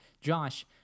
Josh